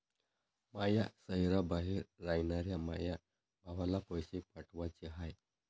माया शैहराबाहेर रायनाऱ्या माया भावाला पैसे पाठवाचे हाय